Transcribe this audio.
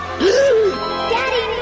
Daddy